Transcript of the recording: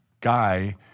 guy